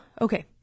Okay